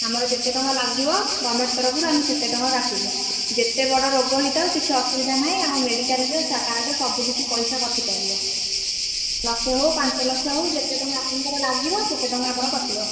ଆମର ଯେତେ ଟଙ୍କା ଲାଗିବ ଗମେଣ୍ଟ ତରଫରୁ ଆମେ ସେତେ ଟଙ୍କା କାଟିବୁ ଯେତେ ବଡ଼ ରୋଗ ହୋଇଥାଉ କିଛି ଅସୁବିଧା ନାହିଁ ଆମ ମେଡ଼ିକାଲ୍ରେ କାର୍ଡ଼ରେ ସବୁକିଛି ପଇସା କଟିପାରିବ ଲକ୍ଷ ହେଉ ପାଞ୍ଚ ଲକ୍ଷ ହେଉ ଯେତେ ଟଙ୍କା ଆପଣଙ୍କର ଲାଗିବ ସେତେ ଟଙ୍କା ଆମର କଟିବ